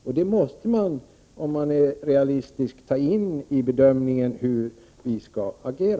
Om man skall vara realistisk, måste man ta med detta i bedömningen av hur vi skall agera.